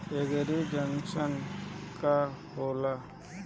एगरी junction का होला?